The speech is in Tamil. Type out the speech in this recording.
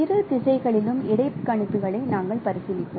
இரு திசைகளிலும் இடைக்கணிப்புகளை நாங்கள் பரிசீலிப்போம்